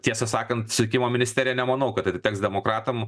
tiesą sakant susisiekimo ministerija nemanau kad atiteks demokratam